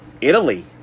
Italy